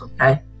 okay